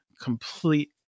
complete